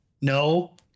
no